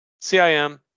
CIM